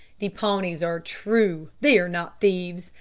the pawnees are true they are not thieves.